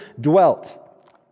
dwelt